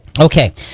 Okay